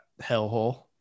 hellhole